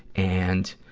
and,